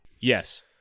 Yes